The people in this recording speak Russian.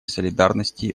солидарности